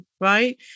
right